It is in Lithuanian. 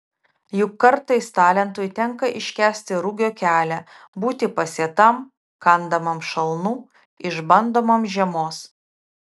juk kartais talentui tenka iškęsti rugio kelią būti pasėtam kandamam šalnų išbandomam žiemos